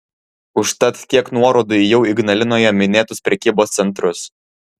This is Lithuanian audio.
užtat kiek nuorodų į jau ignalinoje minėtus prekybos centrus